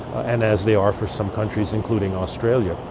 and as they are for some countries including australia.